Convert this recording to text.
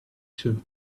too